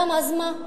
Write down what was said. גם, אז מה?